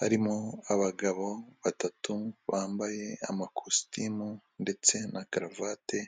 harimo abagabo batatu bambaye amakositimu ndetse na karuvati